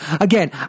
Again